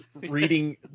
reading